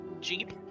jeep